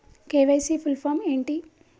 KYC full form ఏంటి?